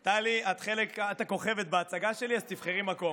טלי, את הכוכבת בהצגה שלי, אז תבחרי מקום.